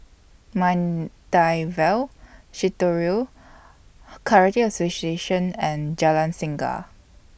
Maida Vale Shitoryu Karate Association and Jalan Singa